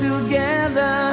together